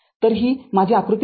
तर ही माझी आकृती ५